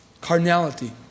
Carnality